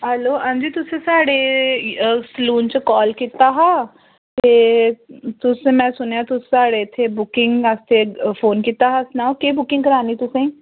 hello हां जी तुसें साढ़े सलून च काल कीता हा ते तुस में सुनेआ तुसें साढ़े इत्थै बुकिंग आस्तै फोन कीता हा सनाओ केह् बुकिंग करानी तुसें